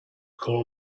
call